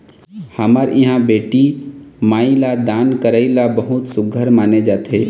हमर इहाँ बेटी माई ल दान करई ल बहुत सुग्घर माने जाथे